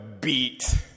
beat